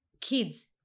kids